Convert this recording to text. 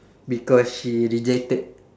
because she rejected